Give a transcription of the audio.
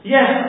Yes